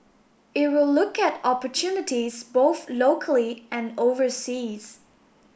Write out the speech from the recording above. it will look at opportunities both locally and overseas